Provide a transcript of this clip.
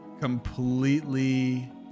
completely